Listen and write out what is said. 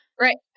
Right